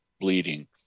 bleeding